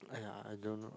!aiya! I don't know